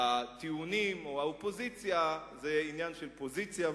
הטיעונים או האופוזיציה זה עניין של פוזיציה,